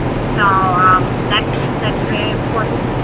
so um that's that's very important.